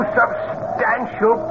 substantial